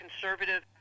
conservative